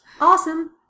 awesome